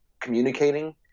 communicating